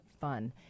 fun